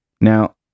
Now